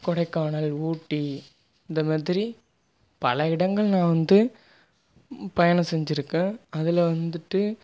கொடைக்கானல் ஊட்டி இந்த மாதிரி பல இடங்கள் நான் வந்து பயணம் செஞ்சுருக்கேன் அதில் வந்துட்டு